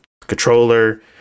controller